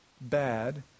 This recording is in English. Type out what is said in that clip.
bad